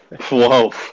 Whoa